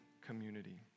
community